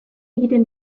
egiten